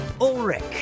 Ulrich